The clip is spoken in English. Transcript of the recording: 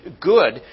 good